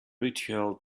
ritual